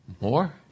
More